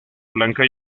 blanca